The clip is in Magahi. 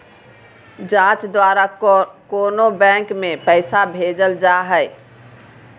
जाँच द्वारा कोनो बैंक में पैसा भेजल जा हइ